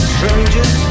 Strangers